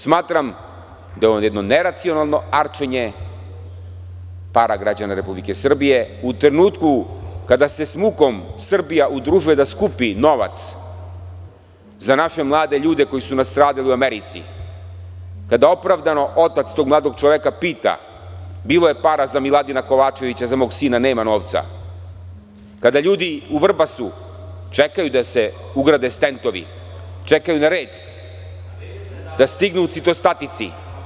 Smatram da je ovo jedno neracionalno arčenje para građana Republike Srbije u trenutku kada se sa mukom Srbija udružuje da skupi novac za naše mlade ljude koji su nastradali u Americi, kada opravdano otac tog mladog čoveka pita – bilo je para za Miladina Kovačevića, a za mog sina nema novca, kada ljudi u Vrbasu čekaju da se ugrade stentovi, čekaju na red da stignu citostatici.